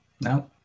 No